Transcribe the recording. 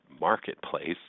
marketplace